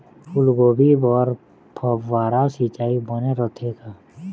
फूलगोभी बर फव्वारा सिचाई बने रथे का?